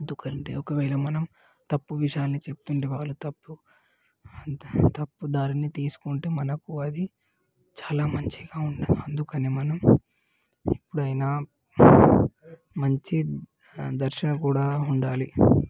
ఎందుకంటే ఒకవేళ మనం తప్పు విషయాలని చెప్తుంటే వాళ్ళు తప్పు తప్పు దారిని తీసుకుంటే మనకు అది చాలా మంచిగా ఉండదు అందుకని మనం ఎప్పుడైనా మంచి దర్శన కూడా ఉండాలి